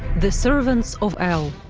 the servants of el,